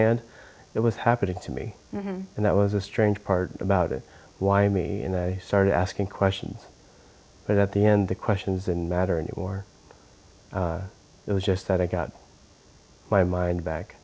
hand it was happening to me and that was a strange part about it why me and i started asking questions but at the end the questions and matter anymore it was just that i got my mind back